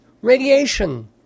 radiation